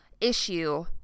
issue